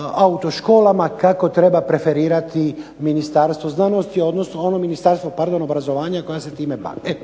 autoškolama kako treba preferirati Ministarstvo znanosti, odnosno ono ministarstvo, pardon obrazovanja koja se time bave.